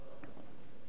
אדוני היושב-ראש,